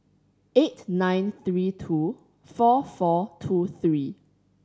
eight nine three two four four two three